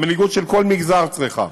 המנהיגות של כל מגזר צריכה,